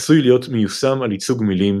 עשוי להיות מיושם על ייצוג מילים,